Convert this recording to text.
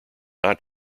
not